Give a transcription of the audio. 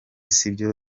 sibyo